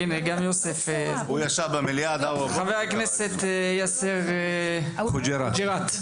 חבר הכנסת יאסר חוג'יראת,